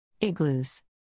Igloos